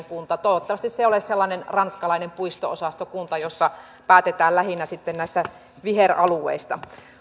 kunta toivottavasti se ei ole sellainen ranskalainen puisto osastokunta jossa päätetään lähinnä sitten näistä viheralueista